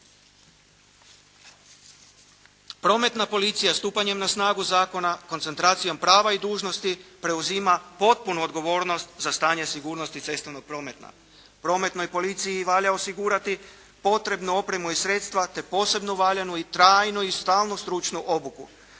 Prometna policija stupanjem na snagu zakona koncentracijom prava i dužnosti preuzima potpunu odgovornost za stanje sigurnosti cestovnog prometa. Prometnoj policiji valja osigurati potrebnu opremu i sredstva te posebno valjanu i trajnu i stalnu stručnu obuku.